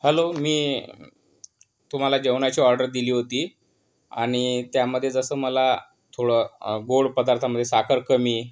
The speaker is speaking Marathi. हॅलो मी तुम्हाला जेवणाची ऑर्डर दिली होती आणि त्यामध्ये जसं मला थोडं गोड पदार्थामध्ये साखर कमी